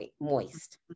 moist